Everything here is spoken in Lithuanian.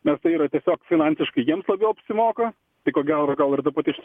nes tai yra tiesiog finansiškai jiems labiau apsimoka tai ko gero gal ir ta pati